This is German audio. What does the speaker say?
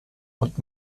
und